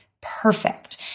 Perfect